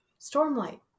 Stormlight